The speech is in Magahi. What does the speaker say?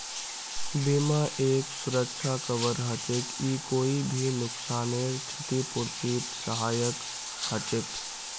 बीमा एक सुरक्षा कवर हछेक ई कोई भी नुकसानेर छतिपूर्तित सहायक हछेक